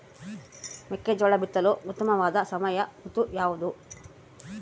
ಮೆಕ್ಕೆಜೋಳ ಬಿತ್ತಲು ಉತ್ತಮವಾದ ಸಮಯ ಋತು ಯಾವುದು?